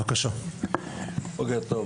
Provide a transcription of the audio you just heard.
בוקר טוב,